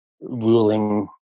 ruling